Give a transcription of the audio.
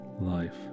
life